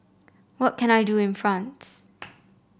what can I do in France